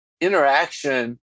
interaction